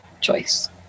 choice